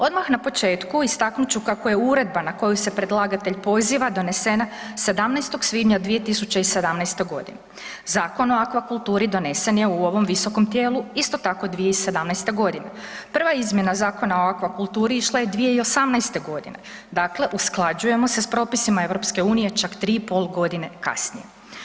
Odmah na početku istaknut ću kako je uredba na koju se predlagatelj poziva donesena 17. svibnja 2017.g. Zakon o akvakulturi donesen je u ovom visokom tijelu isto tako 2017.g. Prva izmjena Zakona o akvakulturi išla je 2018.g., dakle usklađujemo se s propisima EU čak 3,5.g. kasnije.